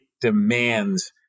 demands